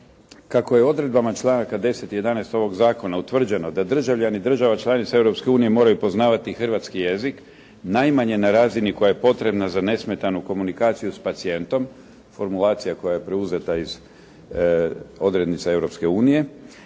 Kako je odredbama članaka 10. i 11. ovoga zakona utvrđeno da državljani država članica Europske unije moraju poznavati hrvatski jezik najmanje na razini koja je potrebna za nesmetanu komunikaciju s pacijentom, formulacija koja je preuzeta iz odrednica